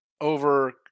over